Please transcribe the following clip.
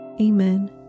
Amen